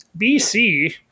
BC